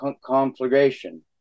conflagration